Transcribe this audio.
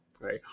right